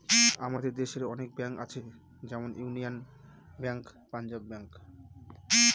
আমাদের দেশে অনেক ব্যাঙ্ক আছে যেমন ইউনিয়ান ব্যাঙ্ক, পাঞ্জাব ব্যাঙ্ক